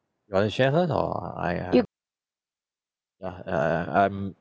you wanna share first or I I ya ya I'm